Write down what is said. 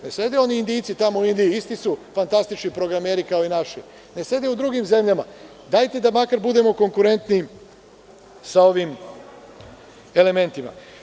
Ne sede oni Indijci tamo u Indiji, isto su fantastični programeri kao i naši, ne sede u drugim zemljama, dajte da makar budemo konkurentni sa ovim elementima.